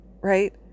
right